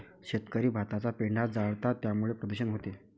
शेतकरी भाताचा पेंढा जाळतात त्यामुळे प्रदूषण होते